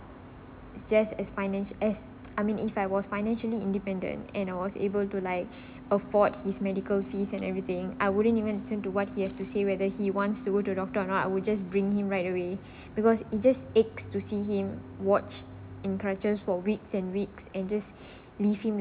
just as finance as I mean if I was financially independent and I was able to like afford his medical fees and everything I wouldn't even listen to what he has to say whether he wants to go to a doctor or not I will just bring him right away because it just ached to see him watch in crutches for week and week and just leave him